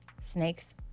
Snakes